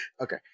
Okay